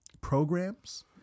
programs